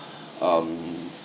um